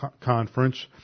conference